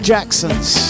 Jackson's